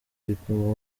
igipimo